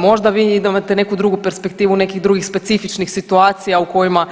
Možda vi imate neku drugu perspektivu nekih drugih specifičnih situacija u kojima